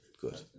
good